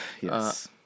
Yes